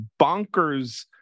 bonkers